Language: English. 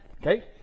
Okay